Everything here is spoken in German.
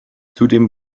zudem